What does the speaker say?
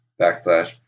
backslash